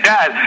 Dad